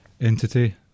entity